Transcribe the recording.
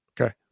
Okay